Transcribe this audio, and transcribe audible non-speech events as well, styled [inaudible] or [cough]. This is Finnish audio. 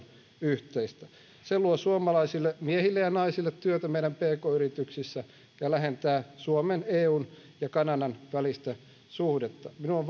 yhteistä se luo suomalaisille miehille ja naisille työtä meidän pk yrityksissämme ja lähentää suomen eun ja kanadan välistä suhdetta minun on [unintelligible]